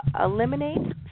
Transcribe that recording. eliminate